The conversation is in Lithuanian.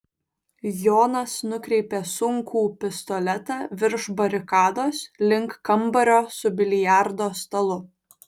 jonas nukreipė sunkų pistoletą virš barikados link kambario su biliardo stalu